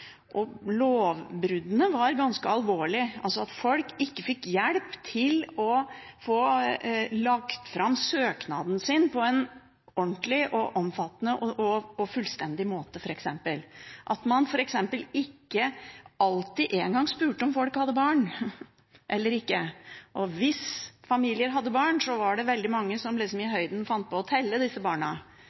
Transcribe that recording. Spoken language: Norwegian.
Lovbruddene var ganske alvorlige. Folk fikk ikke hjelp til å få lagt fram søknaden sin på en ordentlig, omfattende og fullstendig måte. Det ble f.eks. ikke alltid engang spurt om folk hadde barn eller ikke. Hvis familier hadde barn, var det veldig få som i høyden fant på å telle disse barna.